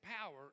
power